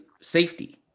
safety